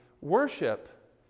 worship